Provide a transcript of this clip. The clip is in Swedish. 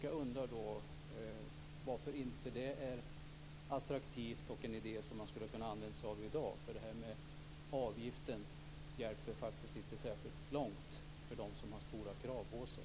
Jag undrar varför det inte är attraktivt och en idé som man skulle ha kunnat använda sig av i dag. Frågan om avgiften hjälper faktiskt inte särskilt långt för dem som har stora krav på sig.